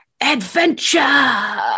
adventure